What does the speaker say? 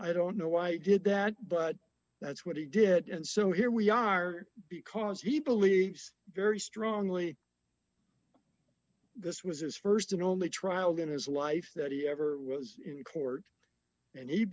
i don't know why i did that but that's what he did and so here we are because he believes very strongly this was his st and only trial going to his life that he ever was in court and he